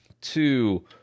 two